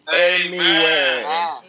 Amen